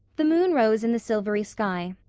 the moon rose in the silvery sky,